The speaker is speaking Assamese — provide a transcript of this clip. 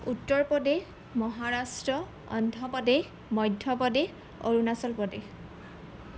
উত্তৰ প্ৰদেশ মহাৰাষ্ট্ৰ অন্ধ প্ৰদেশ মধ্য প্ৰদেশ অৰুণাচল প্ৰদেশ